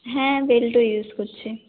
হ্যাঁ বেল্টটা ইউজ করছি